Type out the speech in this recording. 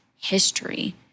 history